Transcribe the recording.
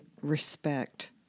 respect